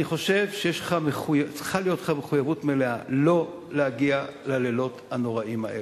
אני חושב שצריכה להיות לך מחויבות מלאה לא להגיע ללילות הנוראים האלה.